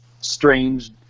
strange